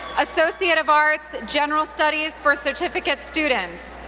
associate of arts, general studies for certificate students.